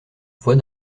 voit